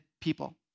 people